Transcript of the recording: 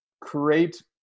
create